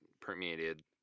permeated